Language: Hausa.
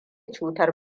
cutar